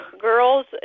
Girls